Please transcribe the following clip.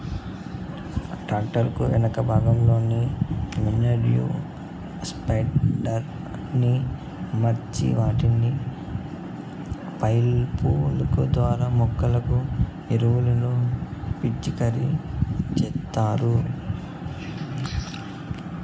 tractor కు వెనుక భాగంలో మేన్యుర్ స్ప్రెడర్ ని అమర్చి వాటి పైపు ల ద్వారా మొక్కలకు ఎరువులను పిచికారి చేత్తారు